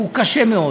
שהוא קשה מאוד,